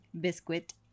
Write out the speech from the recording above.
Biscuit